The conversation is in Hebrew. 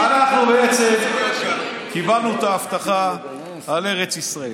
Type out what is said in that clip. אנחנו בעצם קיבלנו את ההבטחה על ארץ ישראל.